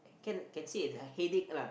can can say it's a headache lah